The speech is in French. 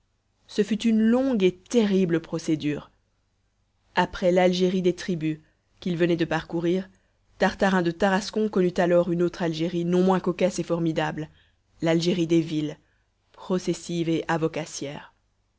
ce fut une longue et terrible procédure après l'algérie des tribus qu'il venait de parcourir tartarin de tarascon connut alors une autre algérie non moins cocasse et formidable l'algérie des villes processive